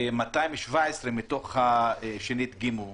כ-217 מתוך אלה שנדגמו,